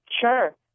Sure